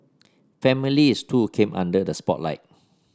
families too came under the spotlight